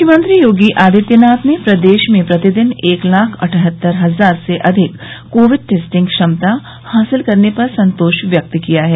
मुख्यमंत्री योगी आदित्यनाथ ने प्रदेश में प्रतिदिन एक लाख अठहत्तर हजार से अधिक कोविड टेस्टिंग क्षमता हासिल करने पर संतोष व्यक्त किया है